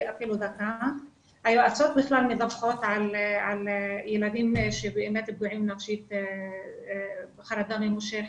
שהיועצות מדווחות על ילדים שבאמת פגועים נפשית וחרדה ממושכת,